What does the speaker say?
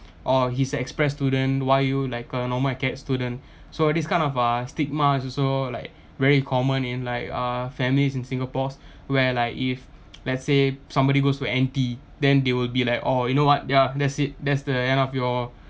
oh he's express student why you like a normal acad student so this kind of uh stigma is also like very common in like uh families in singapore's where like if let's say somebody goes to N_T then they will be like oh you know what their that's it that's the end up your